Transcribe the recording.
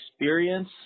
experience